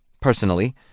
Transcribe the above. Personally